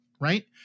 right